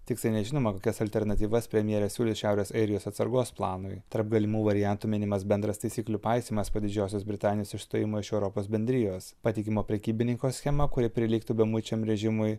tiksliai nežinoma kokias alternatyvas premjerė siūlys šiaurės airijos atsargos planui tarp galimų variantų minimas bendras taisyklių paisymas po didžiosios britanijos išstojimo iš europos bendrijos patikimo prekybininko schema kuri prilygtų bemuičiam režimui